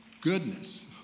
goodness